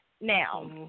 Now